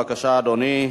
בבקשה, אדוני.